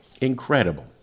Incredible